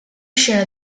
scena